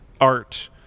art